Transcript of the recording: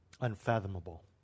unfathomable